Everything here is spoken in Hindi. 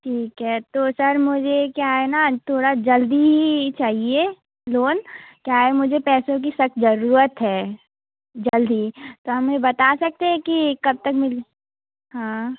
ठीक है तो सर मुझे क्या है ना थोड़ा जल्दी ही चाहिए लोन क्या है मुझे पैसों की सख़्त ज़रूरत है जल्द ही तो हमें बता सकते हैं कि कब तक मिल हाँ